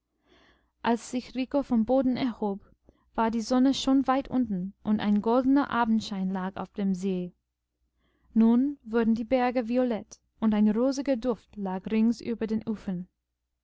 als sich rico vom boden erhob war die sonne schon weit unten und ein goldener abendschein lag auf dem see nun wurden die berge violett und ein rosiger duft lag rings über den ufern